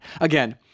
Again